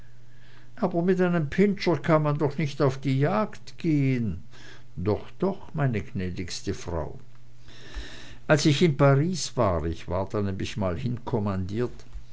aber mit einem pinscher kann man doch nicht auf die jagd gehen doch doch meine gnädigste frau als ich in paris war ich war da nämlich mal